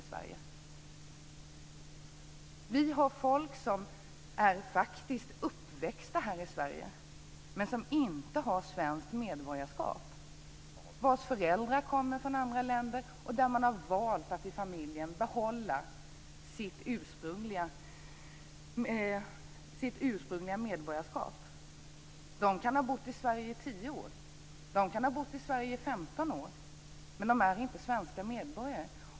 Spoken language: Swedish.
Det finns människor som faktiskt är uppväxta här i Sverige men som inte har svenskt medborgarskap, vilkas föräldrar kommer från andra länder, och familjen har valt att behålla sitt ursprungliga medborgarskap. De kan ha bott i Sverige i 10 år. De kan ha bott i Sverige i 15 år. Men de är inte svenska medborgare.